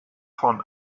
von